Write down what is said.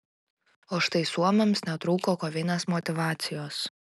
o štai suomiams netrūko kovinės motyvacijos